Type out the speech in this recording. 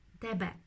tebe